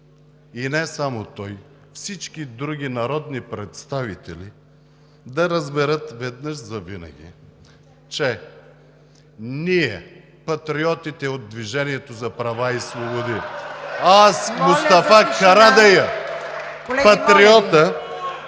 и не само той, а всички други народни представители, да разберат веднъж завинаги, че ние, патриотите от „Движението за права и свободи“ (силен шум, възгласи: